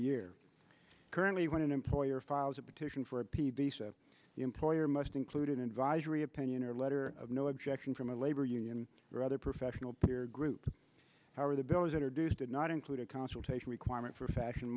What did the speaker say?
year currently when an employer files a petition for the employer must include an advisory opinion or letter of no objection from a labor union or other professional peer group how are the bills introduced did not include a consultation requirement for fashion